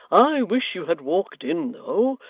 i wish you had walked in though,